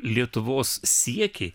lietuvos siekiai